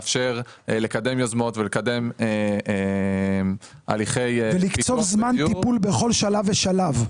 לקדם יוזמות והליכי --- ולקצוב זמן טיפול בכל שלב ושלב.